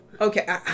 okay